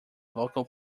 local